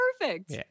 perfect